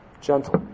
gentle